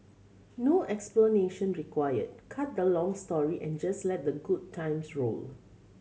no explanation required cut the long story and just let the good times roll